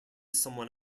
someone